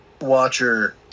watcher